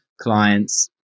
clients